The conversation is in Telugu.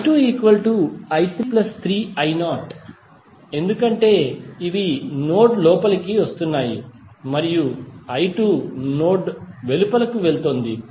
i2i33I0ఎందుకంటే ఇవి నోడ్ లోపలికి వస్తున్నాయి మరియు i2 నోడ్ వెలుపల వెళుతుంది